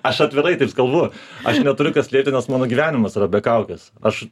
aš atvirai taip kalbu aš neturiu ką slėpti nes mano gyvenimas yra be kaukes aš